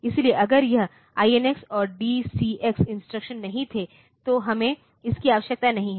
इसलिए अगर यह INX और DCX इंस्ट्रक्शन नहीं थे तो हमें इसकी आवश्यकता नहीं है